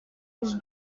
was